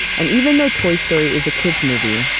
and even though toy story is a kids movie,